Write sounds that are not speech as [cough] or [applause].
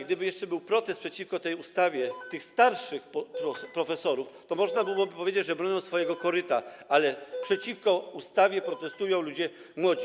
Gdyby jeszcze był protest przeciwko tej ustawie [noise] tych starszych profesorów, to można byłoby powiedzieć, że bronią swojego koryta, ale przeciwko ustawie protestują ludzie młodzi.